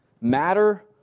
matter